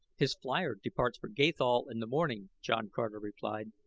his flier departs for gathol in the morning, john carter replied.